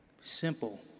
Simple